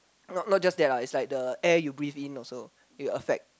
not not just dead lah it's like the air you breathe in also will affect